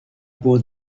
pour